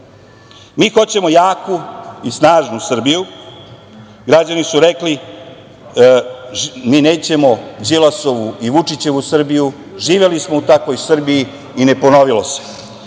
mi hoćemo jaku i snažnu Srbiju. Građani su rekli – mi nećemo Đilasovu i Vučićevu Srbiju, živeli smo u takvoj Srbiji i ne ponovilo se.